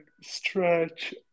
stretch